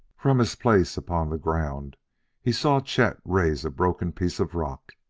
from his place upon the ground he saw chet raise a broken piece of rock.